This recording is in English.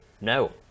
No